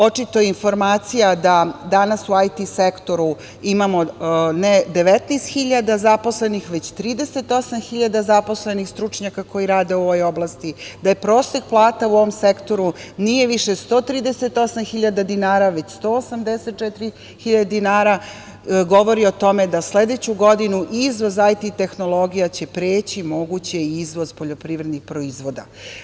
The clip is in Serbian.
Očito, informacija da danas u IT sektoru imamo, ne 19 hiljada zaposlenih, već 38 hiljada zaposlenih stručnjaka koji rade u ovoj oblasti, da prosek plata u ovom sektoru nije više 138 hiljada dinara, već 184 hiljade dinara, govori o tome da sledeću godinu izvoz IT tehnologija će preći moguće i izvoz poljoprivrednih proizvoda.